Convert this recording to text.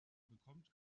bekommt